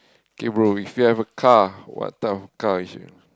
okay bro if you have a car what type of car you should